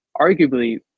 arguably